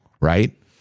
Right